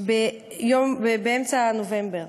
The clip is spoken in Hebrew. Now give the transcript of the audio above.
באמצע נובמבר,